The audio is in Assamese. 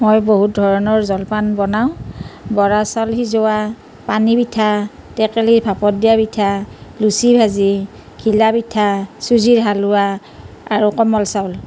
মই বহুত ধৰণৰ জলপান বনাওঁ বৰা চাউল সিজোৱা পানী পিঠা টেকেলী ভাপত দিয়া পিঠা লুচি ভাজি ঘিলা পিঠা চুজিৰ হালোৱা আৰু কোমল চাউল